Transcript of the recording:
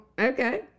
okay